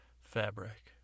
fabric